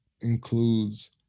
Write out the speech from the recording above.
includes